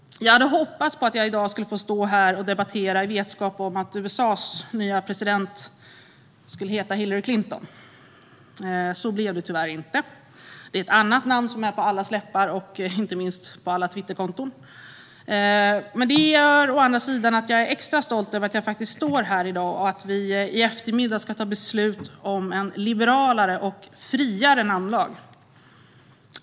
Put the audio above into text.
Jag hade hoppats att jag i dag skulle få stå här och debattera i vetskap om att USA:s nya president skulle heta Hillary Clinton. Så blev det tyvärr inte. Det är ett annat namn som är på allas läppar och inte minst på alla twitterkonton. Men det gör å andra sidan att jag är extra stolt över att jag faktiskt står här i dag och att vi i eftermiddag ska ta beslut om en liberalare och friare namnlag.